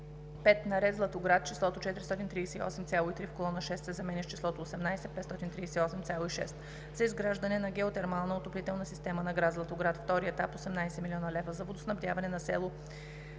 5. На ред Златоград числото „438,3“ в колона 6 се заменя с числото „18 538,6“. - за изграждане на геотермална отоплителна система на град Златоград – втори етап – 18 млн. лв. - за водоснабдяване на село